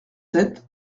sept